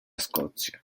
scozia